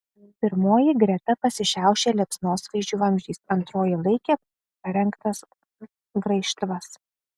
pirmoji greta pasišiaušė liepsnosvaidžių vamzdžiais antroji laikė parengtas graižtvas